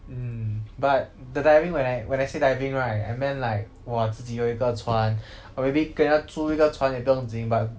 mm but the diving when I when I say diving right I meant like 我自己有一个船 or maybe 跟人家租一个船也不用紧 but